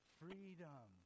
freedom